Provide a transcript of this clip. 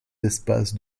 espaces